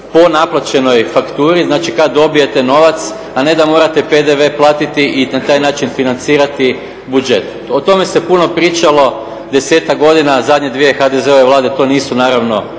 po naplaćenoj fakturi, znači kada dobijete novac a ne da morate PDV platiti i na taj način financirati buđet. O tome se puno pričalo desetak godina, zadnje dvije HDZ-ove Vlade to nisu naravno